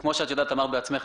כמו שאת יודעת, דיברת